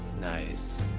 Nice